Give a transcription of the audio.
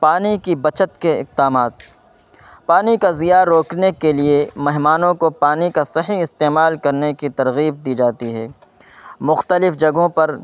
پانی کی بچت کے اقدامات پانی کا زیاں روکنے کے لیے مہمانوں کا پانی کا صحیح استعمال کرنے کی ترغیب دی جاتی ہے مختلف جگہوں پر